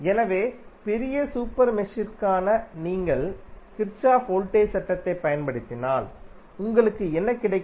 எனவே பெரிய சூப்பர் மெஷிற்காக நீங்கள் கிர்ச்சோஃப் வோல்டேஜ் சட்டத்தைப் பயன்படுத்தினால் உங்களுக்கு என்ன கிடைக்கும்